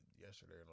yesterday